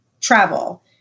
travel